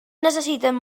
necessiten